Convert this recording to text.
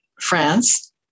France